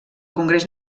congrés